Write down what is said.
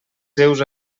seus